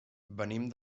venim